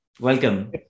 Welcome